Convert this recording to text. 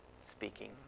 speaking